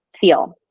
feel